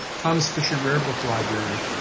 thomas fisher rare book library,